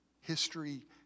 history